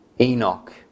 Enoch